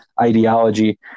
ideology